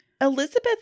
Elizabeth